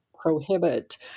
prohibit